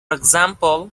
example